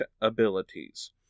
abilities